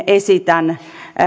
esitän